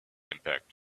impact